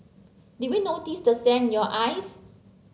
did we notice the sand in your eyes